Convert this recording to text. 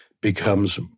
becomes